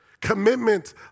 Commitment